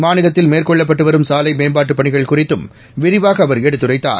மாநிலத்தில் மேற்கொள்ளப்பட்டு வரும் சாலை மேம்பாட்டு பணிகள் குறித்தும் விரிவாக அவர் எடுத்துரைத்தார்